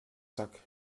zack